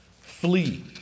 flee